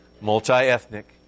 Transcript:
multi-ethnic